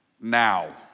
now